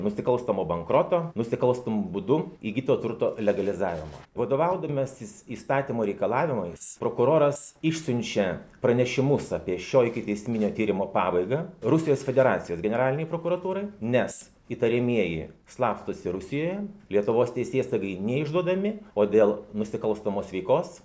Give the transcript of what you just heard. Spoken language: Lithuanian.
nusikalstamo bankroto nusikalstamu būdu įgyto turto legalizavimo vadovaudamasis įstatymo reikalavimais prokuroras išsiunčia pranešimus apie šio ikiteisminio tyrimo pabaigą rusijos federacijos generalinei prokuratūrai nes įtariamieji slapstosi rusijoje lietuvos teisėsaugai neišduodami o dėl nusikalstamos veikos